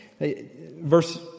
Verse